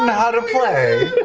how to play